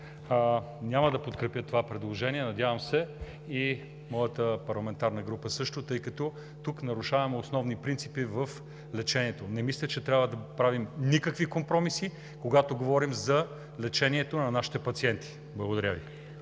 няма да подкрепя това предложение, надявам се и моята парламентарна група също, тъй като тук нарушаваме основни принципи в лечението. Мисля, че не трябва да правим никакви компромиси, когато говорим за лечението на нашите пациенти. Благодаря Ви.